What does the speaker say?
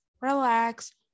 relax